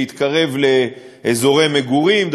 להתקרב לאזורי מגורים,